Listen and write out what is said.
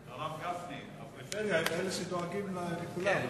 הרב גפני, אנשי הפריפריה הם אלה שדואגים לכולם.